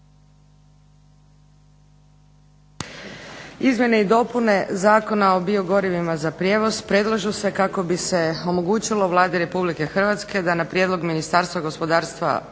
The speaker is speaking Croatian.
izmjene i dopune Zakona o biogorivima za prijevoz predlaže se kako bi se omogućilo Vladi RH da na prijedlog Ministarstva gospodarstva,